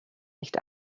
nicht